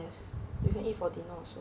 yes you can eat for dinner also